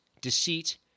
deceit